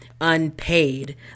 unpaid